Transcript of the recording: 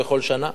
בכל שנה.